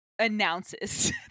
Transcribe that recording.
announces